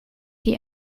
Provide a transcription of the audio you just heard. die